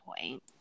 point